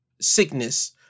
sickness